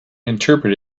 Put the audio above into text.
interpret